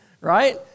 right